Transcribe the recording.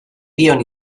dion